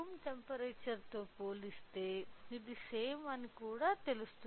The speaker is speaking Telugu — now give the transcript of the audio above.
రూమ్ టెంపరేచర్ తో పోలిస్తే ఇది సేమ్ అని మీకు కూడా తెలుసు